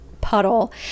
puddle